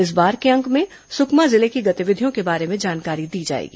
इस बार के अंक में सुकमा जिले की गतिविधियों के बारे में जानकारी दी जाएगी